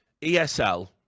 ESL